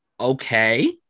okay